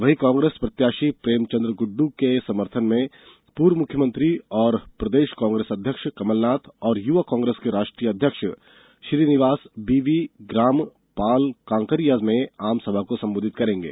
वहीं कांग्रेस प्रत्याशी प्रेमचंद गुड्ड के समर्थन में पूर्व मुख्यमंत्री और प्रदेष कांग्रेस अध्यक्ष कमलनाथ और युवक कांग्रेस के राष्ट्रीय अध्यक्ष श्रीनिवास बीवी ग्राम पालकांकरिया में आमसभा को संबोधित करेंगे